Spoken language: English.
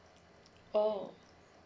oo